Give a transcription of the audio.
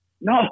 No